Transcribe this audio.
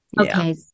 Okay